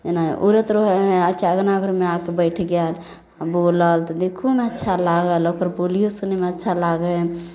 जेना उड़ैत रहै हइ आ चाहै आंगन आरमे आके बैठि गेल आ बोलल तऽ देखोमे अच्छा लागल ओकर बोलियो सुनैमे अच्छा लागै